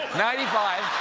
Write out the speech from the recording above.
ninety five,